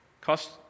cost